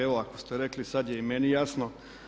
Evo ako ste rekli sad je i meni jasno.